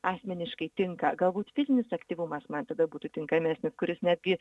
asmeniškai tinka galbūt fizinis aktyvumas man tada būtų tinkamesnis kuris netgi